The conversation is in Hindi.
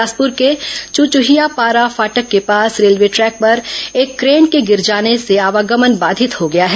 बिलासपुर के चुचहियापारा फाटक के पास रेलवे टैक पर एक क्रेन के गिर जाने से आवागमन बाधित हो गया है